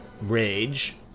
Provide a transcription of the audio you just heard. rage